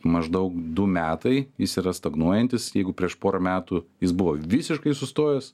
maždaug du metai jis yra stagnuojantis jeigu prieš porą metų jis buvo visiškai sustojęs